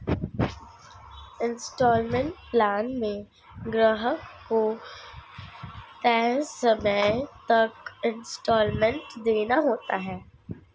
instalment plan में ग्राहक को तय समय तक इन्सटॉलमेंट देना होता है